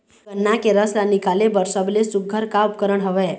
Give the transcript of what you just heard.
गन्ना के रस ला निकाले बर सबले सुघ्घर का उपकरण हवए?